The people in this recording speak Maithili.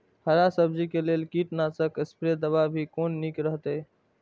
हरा सब्जी के लेल कीट नाशक स्प्रै दवा भी कोन नीक रहैत?